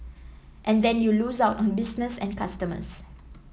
and then you lose out on business and customers